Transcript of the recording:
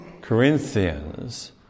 Corinthians